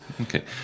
okay